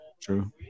True